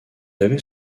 avait